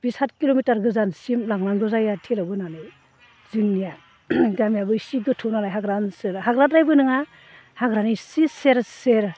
बे सात किल'मिटार गोजानसिम लांनांगौ जायो आरो थेलायाव होनानै जोंनिया गामियाबो इसे गोथौ नालाय हाग्रा ओनसोल हाग्राद्रायबो नोङा हाग्रानि इसे सेर सेर